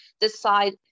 decide